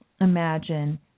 imagine